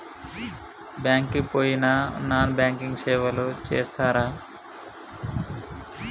Bank కి పోయిన non banking సేవలు చేస్తరా?